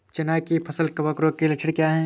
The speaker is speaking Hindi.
चना की फसल कवक रोग के लक्षण क्या है?